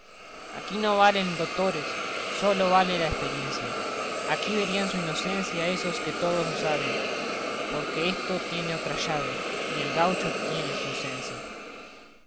aquí no valen dotores sólo vale la esperiencia aquí verían su inocencia ésos que todo lo saben porque esto tiene otra llave y el gaucho tiene su cencia